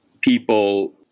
people